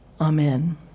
Amen